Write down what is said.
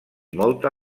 molta